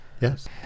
Yes